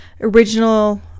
original